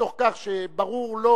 מתוך כך שברור לו